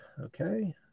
okay